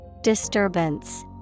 Disturbance